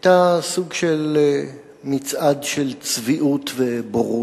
היתה סוג של מצעד של צביעות ובורות.